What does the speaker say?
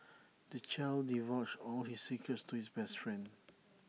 the child divulged all his secrets to his best friend